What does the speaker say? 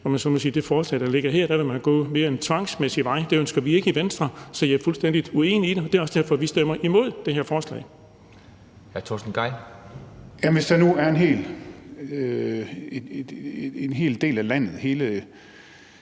i det forslag, der ligger her. Der vil man gå en mere tvangsmæssig vej. Men det ønsker vi ikke i Venstre. Så jeg er fuldstændig uenig i det. Det er også derfor, vi stemmer imod det her forslag. Kl. 16:04 Formanden (Henrik Dam